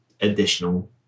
additional